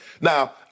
Now